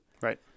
Right